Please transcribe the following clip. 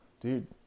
dude